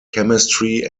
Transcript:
chemistry